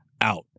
out